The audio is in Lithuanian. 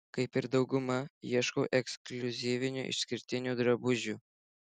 kaip ir dauguma ieškau ekskliuzyvinių išskirtinių drabužių